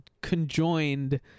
conjoined